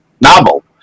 novel